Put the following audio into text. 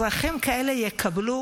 אזרחים כאלה יקבלו